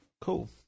Cool